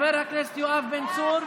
חבר הכנסת יואב בן צור,